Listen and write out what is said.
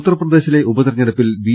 ഉത്തർപ്പ്രദേശിലെ ഉപ തെരഞ്ഞെടുപ്പിൽ ബി